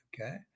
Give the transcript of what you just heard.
Okay